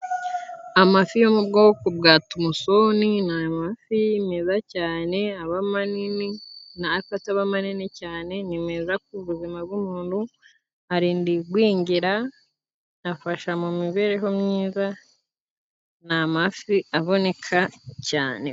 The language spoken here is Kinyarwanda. Amafi yo mu bwoko bwa Tumusoni ni amafi meza cyane, aba manini ariko ataba manini cyane. Ni meza k'ubuzima bw'umuntu arinda igwingira, afasha mu mibereho myiza ni amafi aboneka cyane.